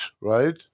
right